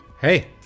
Hey